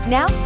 Now